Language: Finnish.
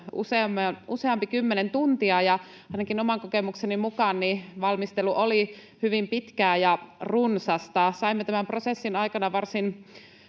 useampi kymmenen tuntia, ja ainakin oman kokemukseni mukaan valmistelu oli hyvin pitkä ja runsas. Saimme tämän prosessin aikana varsin